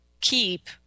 keep